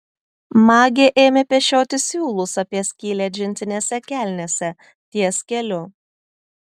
magė ėmė pešioti siūlus apie skylę džinsinėse kelnėse ties keliu